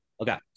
Okay